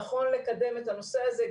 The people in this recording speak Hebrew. נכון לקדם את הנושא הזה,